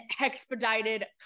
expedited